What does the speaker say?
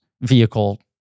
vehicle